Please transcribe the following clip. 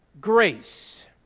grace